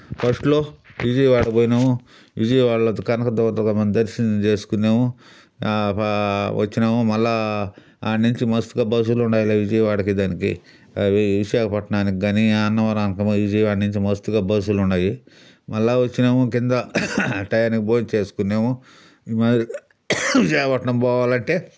ఫస్ట్లో విజయవాడ పోయాము విజయవాడలో కనకదుర్గమ్మ దర్శనం చేసుకున్నాము వచ్చినాము మళ్ళా ఆడ నుంచి మస్తుగా బస్సులు ఉండాయిలే విజయవాడ దానికి అవి విశాఖపట్నానికి కానీ అన్నవరంకి కానీ విజయవాడ నుంచి మస్తుగా బస్సులు ఉన్నాయి మళ్ళా వచ్చినాము కింద టయానికి భోజనం చేసుకున్నాము ఈ మాదిరిగా విశాఖపట్నం పోవాలంటే